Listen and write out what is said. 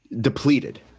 depleted